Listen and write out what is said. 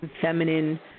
feminine